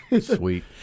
Sweet